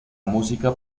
música